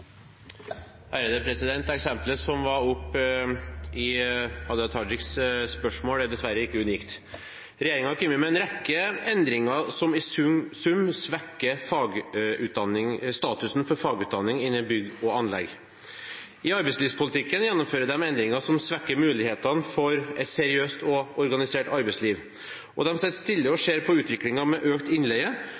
dessverre ikke unikt. Regjeringen har kommet med en rekke endringer som i sum svekker statusen for fagutdanning innen bygg og anlegg. I arbeidslivspolitikken gjennomfører de endringer som svekker mulighetene for et seriøst og organisert arbeidsliv, de sitter stille og ser på utviklingen med økt innleie,